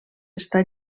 estar